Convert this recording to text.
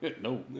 No